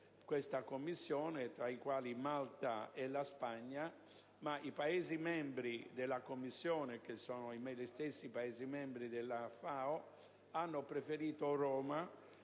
questa Commissione, tra cui Malta e la Spagna, ma i Paesi membri della Commissione (che sono gli stessi membri della FAO) hanno preferito Roma